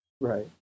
Right